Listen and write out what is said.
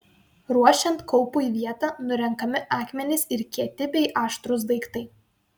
ruošiant kaupui vietą nurenkami akmenys ir kieti bei aštrūs daiktai